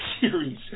series